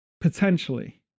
potentially